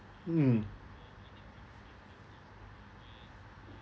mm